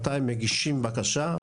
מתי הם מגישים בקשה,